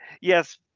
yes